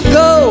go